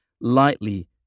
lightly